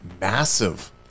massive